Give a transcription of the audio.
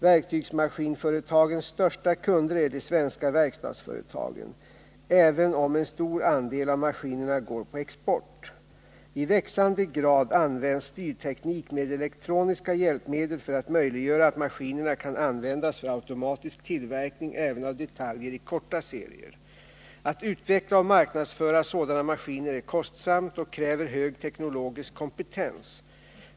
Verktygsmaskinföretagens största kunder är de svenska verkstadsföretagen, även om en stor andel av maskinerna går på export. I växande grad används styrteknik med elektroniska hjälpmedel för att möjliggöra att maskinerna kan användas för automatisk tillverkning även av detaljer i korta serier. Att utveckla och marknadsföra sådana maskiner är kostsamt och kräver hög teknologisk kompetens.